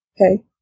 Okay